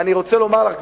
אני רוצה לומר לך,